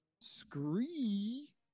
scree